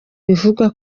bivugwa